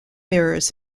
mirrors